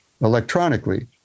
electronically